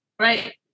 Right